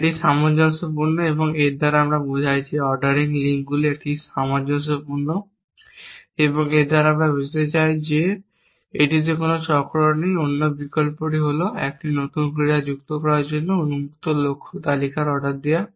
এটি সামঞ্জস্যপূর্ণ এবং এর দ্বারা আমরা বোঝাই যে অর্ডারিং লিঙ্কগুলি একটি সামঞ্জস্যপূর্ণ এবং এর দ্বারা আমরা বোঝাতে চাই যে এটিতে কোনও চক্র নেই। অন্য বিকল্পটি হল একটি নতুন ক্রিয়া যুক্ত করার জন্য উন্মুক্ত লক্ষ্য তালিকার অর্ডার দেওয়া